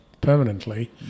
permanently